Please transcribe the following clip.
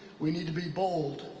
we need to be bold,